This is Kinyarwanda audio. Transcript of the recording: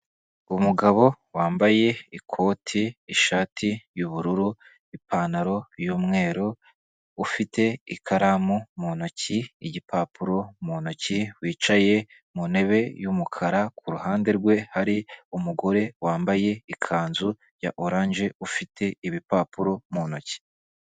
Umugabo wambaye ikoti, ishati y'ubururu, ipantaro y'umweru ufite ikaramu mu ntoki, igipapuro mu ntoki, wicaye mu ntebe y'umukara ku ruhande rwe hari umugore wambaye ikanzu ya oranje ufite ibipapuro mu ntoki.